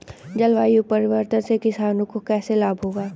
जलवायु परिवर्तन से किसानों को कैसे लाभ होगा?